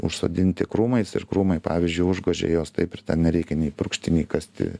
užsodinti krūmais ir krūmai pavyzdžiui užgožia juos taip ir ten nereikia nei purkšti nei kasti